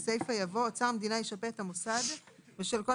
יבוא: אוצר המדינה ישפה את המוסד בשל כל